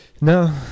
no